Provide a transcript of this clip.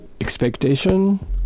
expectation